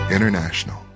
International